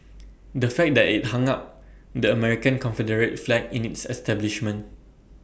the fact that IT hung up the American Confederate flag in its establishment